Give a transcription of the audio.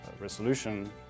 resolution